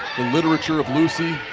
the literature of lucy,